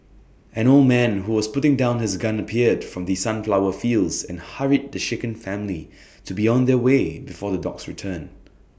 an old man who was putting down his gun appeared from the sunflower fields and hurried the shaken family to be on their way before the dogs return